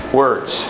words